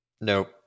Nope